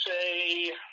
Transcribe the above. say